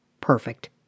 Perfect